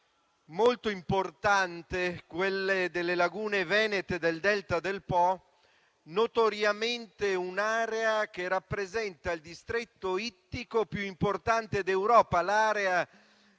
molto importante, quella delle lagune venete del Delta del Po, un'area che notoriamente rappresenta il distretto ittico più importante d'Europa e